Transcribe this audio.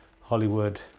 Hollywood